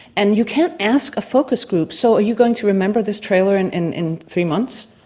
and you can't ask a focus group, so are you going to remember this trailer and in in three months?